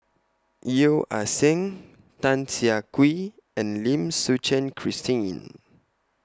Yeo Ah Seng Tan Siah Kwee and Lim Suchen Christine